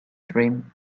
dream